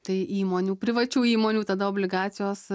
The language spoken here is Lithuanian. tai įmonių privačių įmonių tada obligacijos